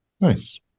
nice